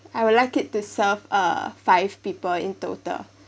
I would like it to serve a five people in total